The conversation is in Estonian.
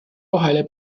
vahele